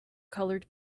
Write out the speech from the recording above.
colored